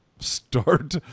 start